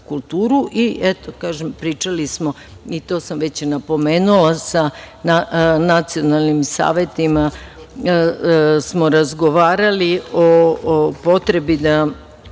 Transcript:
pričali smo i to sam već napomenula sa nacionalnim savetima smo razgovarali o potrebi,